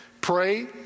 pray